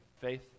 faith